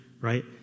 right